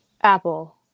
Apple